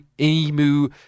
EMU